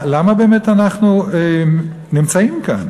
למה באמת אנחנו נמצאים כאן?